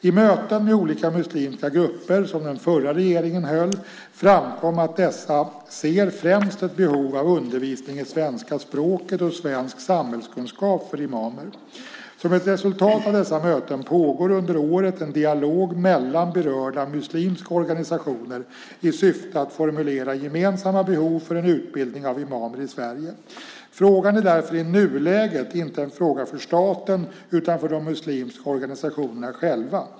I möten med olika muslimska grupper som den förra regeringen höll framkom att dessa ser främst ett behov av undervisning i svenska språket och svensk samhällskunskap för imamer. Som ett resultat av dessa möten pågår under året en dialog mellan berörda muslimska organisationer i syfte att formulera gemensamma behov för en utbildning av imamer i Sverige. Frågan är därför i nuläget inte en fråga för staten utan för de muslimska organisationerna själva.